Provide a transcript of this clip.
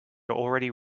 already